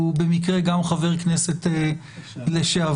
הוא במקרה גם חבר כנסת לשעבר.